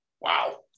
wow